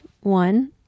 one